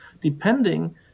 Depending